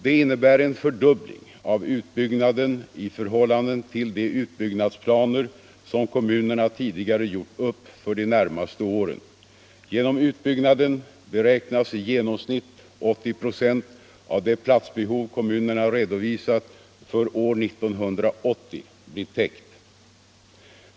Det innebär en fördubbling av utbyggnaden 1 förhållande till de utbyggnadsplaner som kommunerna tidigare gjort upp för de närmaste åren. Genom utbyggnaden beräknas i genomsnitt 80 ?6 av det platsbehov kommunerna redovisat för år 1980 bli täckt.